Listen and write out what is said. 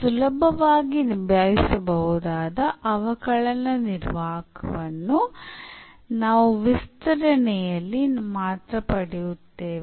ಸುಲಭವಾಗಿ ನಿಭಾಯಿಸಬಹುದಾದ ಅವಕಲನ ನಿರ್ವಾಹಕವನ್ನು ನಾವು ವಿಸ್ತರಣೆಯಲ್ಲಿ ಮಾತ್ರ ಪಡೆಯುತ್ತೇವೆ